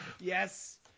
Yes